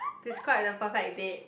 describe the perfect date